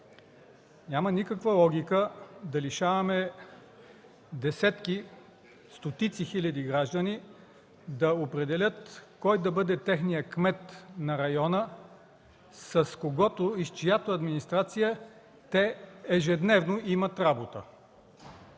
Няма никаква логика да лишаваме десетки, стотици хиляди граждани да определят кой да бъде техният кмет на района, с когото и с чиято администрация те ежедневно имат работа.